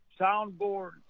soundboard